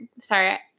sorry-